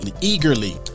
eagerly